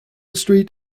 street